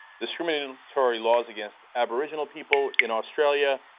discriminatory laws against aboriginal people in australia,